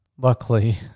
luckily